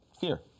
fear